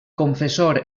confessor